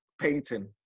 painting